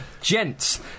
Gents